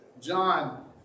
John